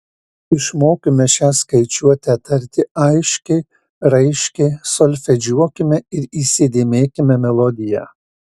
išmokime šią skaičiuotę tarti aiškiai raiškiai solfedžiuokime ir įsidėmėkime melodiją